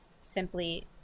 Simply